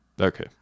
Okay